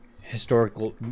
historical